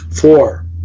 Four